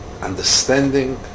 understanding